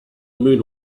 moon